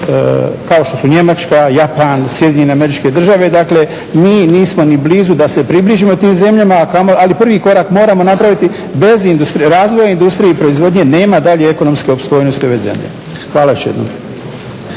kao što su Njemačka, Japan, SAD dakle mi nismo ni blizu da se približimo tim zemljama, ali prvi korak moramo napraviti. Bez razvoja industrije i proizvodnje nema dalje ekonomske opstojnosti ove zemlje. Hvala još